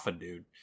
dude